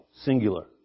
singular